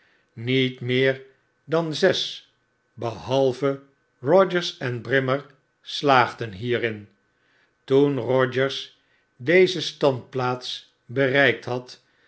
niet meer dan zes behalve rogers en brimer slaagden hierin w toen rogers deze standplaats bereikt had